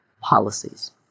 policies